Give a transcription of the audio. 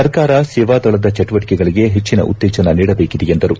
ಸರ್ಕಾರ ಸೇವಾದಳದ ಚಟುವಟಿಕೆಗಳಿಗೆ ಹೆಚ್ಚಿನ ಉತ್ತೇಜನ ನೀಡಬೇಕಿದೆ ಎಂದರು